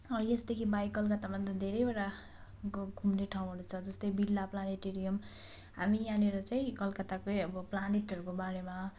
यसदेखि बाहेक कलकत्तामा धेरैवटा घ घुम्ने ठाउँहरू छ जस्तै बिरला प्लानेटेरियम हामी यहाँनिर चाहिँ कलकत्ताकै अब प्लानेटहरूको बारेमा